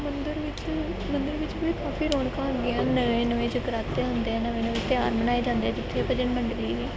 ਮੰਦਰ ਵਿੱਚ ਮੰਦਰ ਵਿੱਚ ਵੀ ਕਾਫੀ ਰੌਣਕਾਂ ਹੁੰਦੀਆਂ ਹੈ ਨਵੇਂ ਨਵੇਂ ਜਗਰਾਤੇ ਹੁੰਦੇ ਆ ਨਵੇਂ ਨਵੇਂ ਤਿਉਹਾਰ ਮਨਾਏ ਜਾਂਦੇ ਜਿੱਥੇ ਭਜਨ ਮੰਡਲੀ ਵੀ